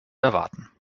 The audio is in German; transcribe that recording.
erwarten